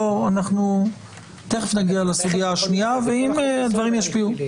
תכף נגיע לסוגיה השנייה, ואם הדברים ישפיעו.